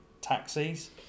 Taxis